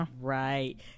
right